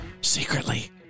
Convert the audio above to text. Secretly